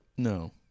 no